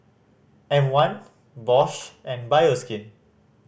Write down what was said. M One Bosch and Bioskin